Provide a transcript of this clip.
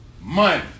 Money